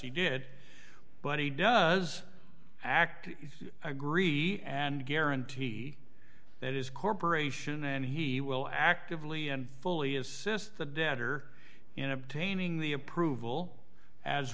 he did but he does act agree and guarantee that is corp and he will actively and fully assist the debtor in obtaining the approval as